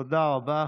תודה רבה.